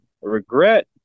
regret